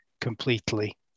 completely